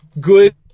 good